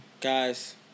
Guys